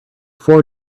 four